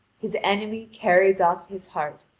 his enemy carries off his heart,